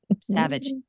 Savage